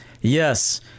yes